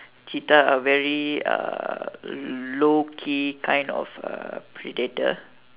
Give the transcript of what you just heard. cheetah are very uh low key kind of uh predator